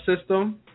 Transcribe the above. system